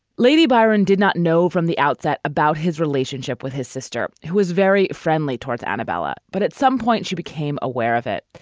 lady byron did not know from the outset about his relationship with his sister, who was very friendly towards anabella. but at some point she became aware of it.